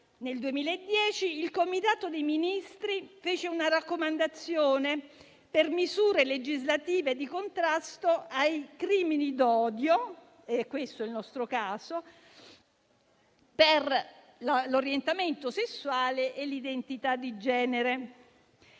nel 2010 il Comitato dei Ministri fece una raccomandazione per misure legislative di contrasto ai crimini d'odio - questo è il nostro caso - per l'orientamento sessuale e l'identità di genere.